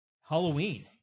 Halloween